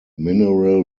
mineral